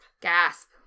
Gasp